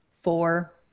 Four